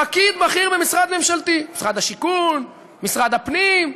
פקיד בכיר במשרד ממשלתי, משרד השיכון, משרד הפנים,